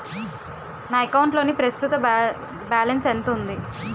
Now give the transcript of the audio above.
నా అకౌంట్ లోని ప్రస్తుతం బాలన్స్ ఎంత ఉంది?